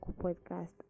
podcast